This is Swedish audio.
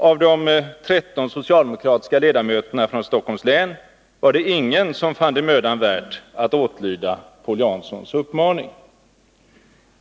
Av de 13 socialdemokratiska ledamöterna från Stockholms län var det ingen som fann det mödan värt att åtlyda Paul Janssons uppmaning.